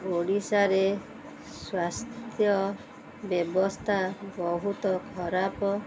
ଓଡ଼ିଶାରେ ସ୍ୱାସ୍ଥ୍ୟ ବ୍ୟବସ୍ଥା ବହୁତ ଖରାପ